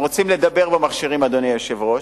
רוצים לדבר במכשירים, אדוני היושב-ראש,